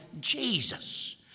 Jesus